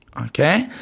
Okay